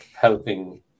helping